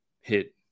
hit